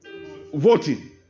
Voting